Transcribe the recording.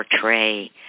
portray